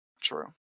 True